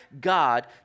God